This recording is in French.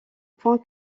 point